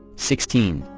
sixteen,